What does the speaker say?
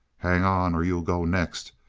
hang on or you'll go next,